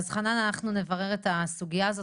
אנחנו נברר את הסוגייה הזאת,